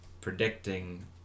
predicting